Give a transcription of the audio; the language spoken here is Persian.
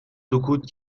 سکوت